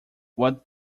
what